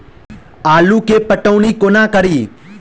आलु केँ पटौनी कोना कड़ी?